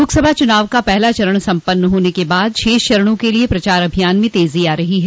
लोकसभा चुनाव का पहला चरण सम्पन्न होने के बाद शेष चरणों के लिये प्रचार अभियान में तेजो आ रही है